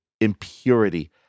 impurity